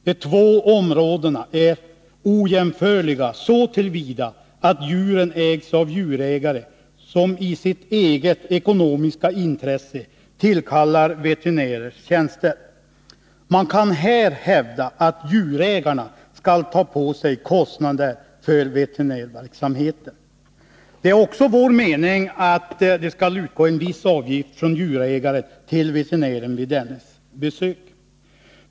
De två områdena är ojämförliga så till vida att djuren ägs av djurägare som i sitt eget ekonomiska intresse tillkallar veterinärers tjänster. Man kan här hävda att djurägarna skall ta på sig kostnader för veterinärverksamheten. Det är också vår mening att det skall utgå en viss avgift från djurägaren till veterinären vid dennes besök.